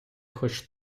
хоч